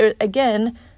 again